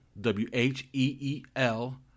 W-H-E-E-L